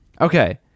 Okay